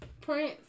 Prince